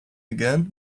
again